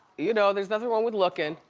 you know there's nothing wrong with lookin'.